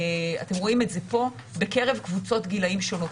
אתם רואים את זה פה, בקרב קבוצות גילים שונות.